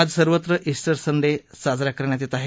आज सर्वत्र Easter Sunday साजरा करण्यात येत आहे